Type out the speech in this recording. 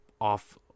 off